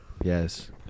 yes